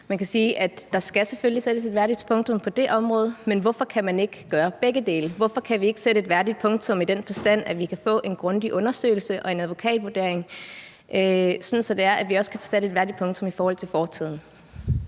Man kan sige, at der selvfølgelig skal sættes et værdigt punktum på det område, men hvorfor kan man ikke gøre begge dele? Hvorfor kan vi ikke sætte et værdigt punktum i den forstand, at vi kan få en grundig undersøgelse og en advokatvurdering, sådan at vi også kan få sat et værdigt punktum i forhold til fortiden?